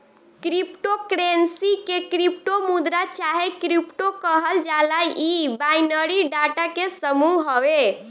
crypto currency के crypto मुद्रा चाहे क्रिप्टो कहल जाला इ बाइनरी डाटा के समूह हवे